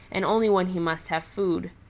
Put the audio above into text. and only when he must have food.